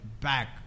back